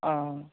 অঁ